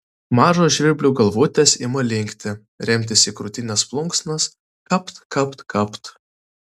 mažos žvirblių galvutės ima linkti remtis į krūtinės plunksnas kapt kapt kapt